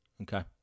Okay